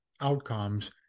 outcomes